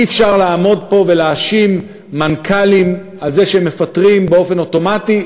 אי-אפשר לעמוד פה ולהאשים מנכ"לים על זה שהם מפטרים באופן אוטומטי.